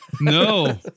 No